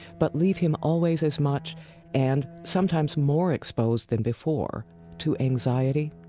but leave him always as much and sometimes more exposed than before to anxiety,